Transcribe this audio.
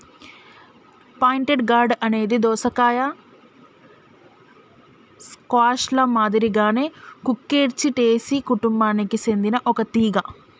pointed gourd అనేది దోసకాయ, squash ల మాదిరిగానే కుకుర్చిటేసి కుటుంబానికి సెందిన ఒక తీగ